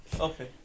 Okay